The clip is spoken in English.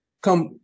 come